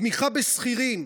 תמיכה בשכירים,